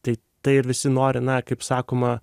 tai tai ir visi nori na kaip sakoma